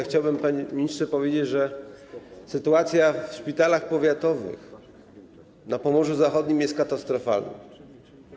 Chciałbym, panie ministrze, powiedzieć, że sytuacja w szpitalach powiatowych na Pomorzu Zachodnim jest katastrofalna.